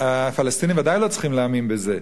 הפלסטינים בוודאי לא צריכים להאמין בזה.